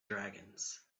dragons